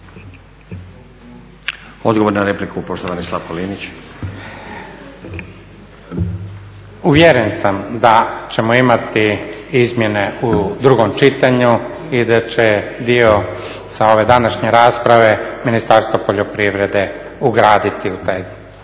Odgovor na repliku, poštovani Slavko Linić. **Linić, Slavko (Nezavisni)** Uvjeren sam da ćemo imati izmjene u drugom čitanju i da će dio sa ove današnje rasprave Ministarstvo poljoprivrede ugraditi u taj